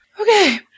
Okay